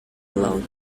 alone